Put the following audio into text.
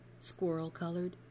squirrel-colored